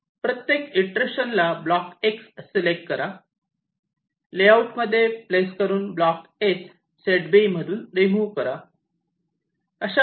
प्रत्येक इटरेशनला block X select करा लेआउट मध्ये प्लेस करून ब्लॉक S सेट B मधून रिमूव्ह करा